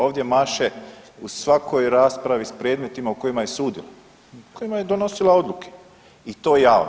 Ovdje maše u svakoj raspravi sa predmetima u kojima je sudila, u kojima je donosila odluke i to javno.